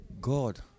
God